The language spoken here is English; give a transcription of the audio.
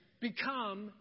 Become